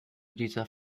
dieser